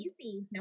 easy